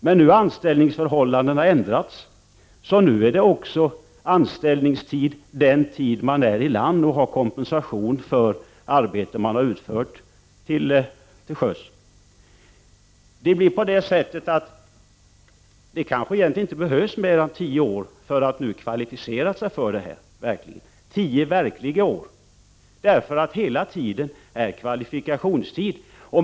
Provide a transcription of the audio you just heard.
Men nu har anställningsförhållandena ändrats, så nu räknas också den tid då man är i land och har kompensation för arbetet till sjöss som anställningstid. På det sättet behövs det kanske inte mer än tio år för att kvalificera sig för den här pensioneringen — tio kalenderår.